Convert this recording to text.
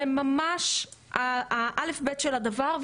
זה ממש הא'-ב' של הדבר,